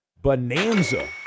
bonanza